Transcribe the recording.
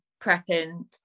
prepping